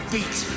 Beat